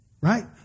Right